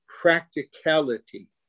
practicality